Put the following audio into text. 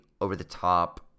over-the-top